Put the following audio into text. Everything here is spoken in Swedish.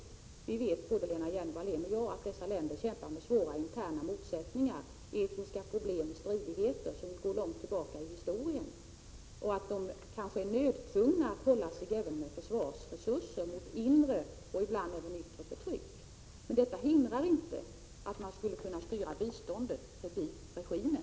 Både Lena Hjelm-Wallén och jag vet att många utvecklingsländer kämpar med svåra interna motsättningar och etniska problem och stridigheter som går långt tillbaka i historien och att de kanske är nödtvungna att hålla sig med försvarsresurser mot inre och ibland även yttre förtryck. Men detta hindrar inte att man skulle kunna styra biståndet förbi regimen.